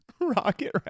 rocket